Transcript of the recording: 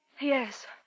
Yes